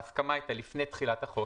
ההסכמה הייתה לפני תחילת החוק,